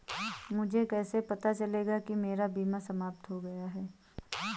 मुझे कैसे पता चलेगा कि मेरा बीमा समाप्त हो गया है?